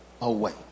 away